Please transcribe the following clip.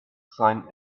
sign